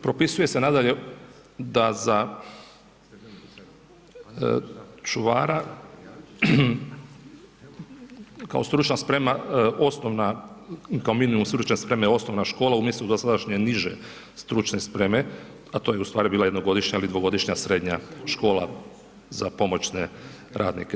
Propisuje se nadalje da za čuvara kao stručna sprema osnovna, kao minimum stručne spreme osnovna škola umjesto dosadašnje niže stručne spreme, a to je u stvari bila jednogodišnja ili dvogodišnja srednja škola za pomoćne radnike.